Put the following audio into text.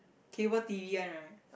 cable t_v one right